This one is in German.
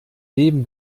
leben